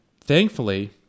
thankfully